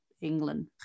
England